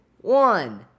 one